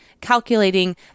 calculating